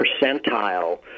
percentile